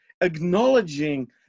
acknowledging